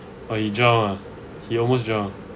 oh he drowned ah he almost drowned